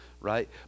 right